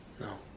No